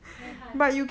eh hi